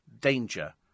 danger